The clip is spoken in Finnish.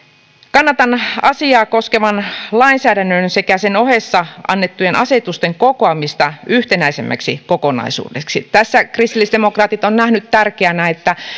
kannatan asiaa koskevan lainsäädännön sekä sen ohessa annettujen asetusten kokoamista yhtenäisemmäksi kokonaisuudeksi tässä kristillisdemokraatit on nähnyt tärkeänä että